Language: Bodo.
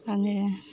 आङो